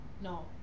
No